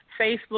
Facebook